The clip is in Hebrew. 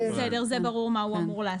זה ברור מה הוא אמור לעשות.